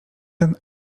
ten